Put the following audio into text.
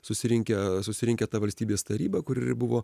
susirinkę susirinkę ta valstybės taryba kuri ir buvo